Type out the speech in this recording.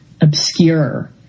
obscure